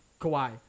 Kawhi